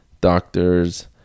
doctors